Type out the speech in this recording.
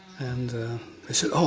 and they said, no,